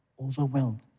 overwhelmed